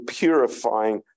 purifying